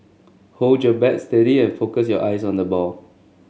hold your bat steady and focus your eyes on the ball